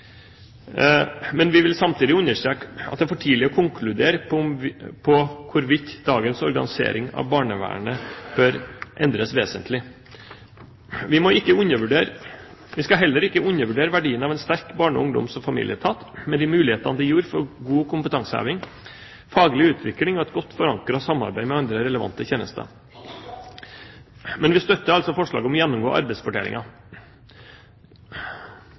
Men vi vil samtidig understreke at det er for tidlig å konkludere på hvorvidt dagens organisering av barnevernet bør endres vesentlig. Vi skal heller ikke undervurdere verdien av en sterk barne-, ungdoms- og familieetat, med de mulighetene det gir for god kompetanseheving, faglig utvikling og et godt forankret samarbeid med andre relevante tjenester. Men vi støtter altså forslaget om å gjennomgå